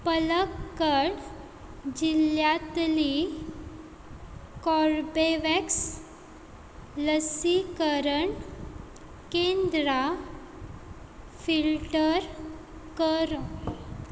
पलककड जिल्ल्यांतली कोर्बेवॅक्स लसीकरण केंद्रां फिल्टर कर